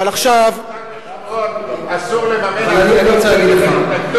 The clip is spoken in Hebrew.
ביהודה ושומרון אסור לממן, אני רוצה להגיד לך.